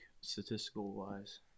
statistical-wise